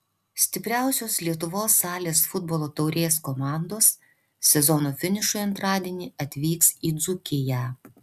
stipriausios lietuvos salės futbolo taurės komandos sezono finišui antradienį atvyks į dzūkiją